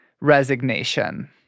resignation